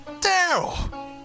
Daryl